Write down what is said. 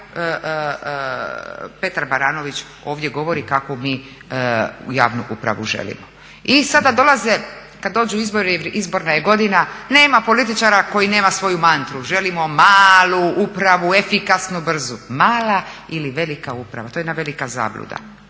Petar Baranović ovdje govori kakvu mi javnu upravu želimo. I sada dolaze kad dođu izbori, izborna je godina, nema političara koji nema svoju mantru, želimo malu upravu, efikasnu, brzu. Mala ili velika uprava, to je jedna velika zabluda